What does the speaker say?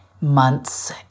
months